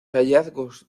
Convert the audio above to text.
hallazgos